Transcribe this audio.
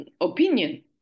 opinion